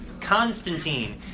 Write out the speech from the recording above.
Constantine